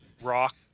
rock